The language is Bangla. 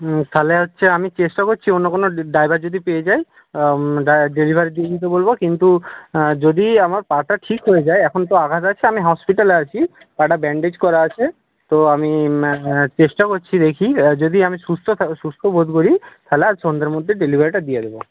তাহলে হচ্ছে আমি চেষ্টা করছি অন্য কোনও ড্রাইভার যদি পেয়ে যাই ডেলিভারি দিয়ে দিতে বলব কিন্তু যদি আমার পাটা ঠিক হয়ে যায় এখন তো আঘাত আছে আমি হসপিটালে আছি পাটা ব্যান্ডেজ করা আছে তো আমি চেষ্টা করছি দেখি যদি আমি সুস্থ সুস্থ বোধ করি তাহলে আজ সন্ধ্যার মধ্যে ডেলিভারিটা দিয়ে দেব